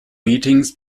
meetings